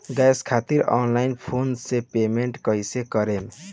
Gas खातिर online phone से payment कैसे करेम?